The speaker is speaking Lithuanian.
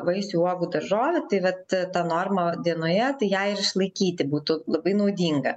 vaisių uogų daržovių vat ta norma dienoje tai ją ir išlaikyti būtų labai naudinga